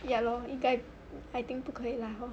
ya lor 应该 I think 不可以 lah